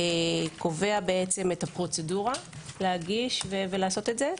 שקובע את הפרוצדורה על מנת להגיש ולעשות את זה,